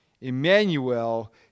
Emmanuel